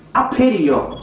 ah pity y'all.